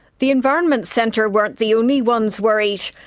the environment centre weren't the only ones worried.